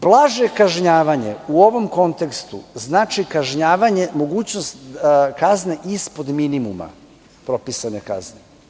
Blaže kažnjavanje u ovom kontekstu znači kažnjavanje, mogućnost kazne ispod minimuma propisane kazne.